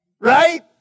Right